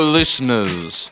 listeners